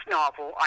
novel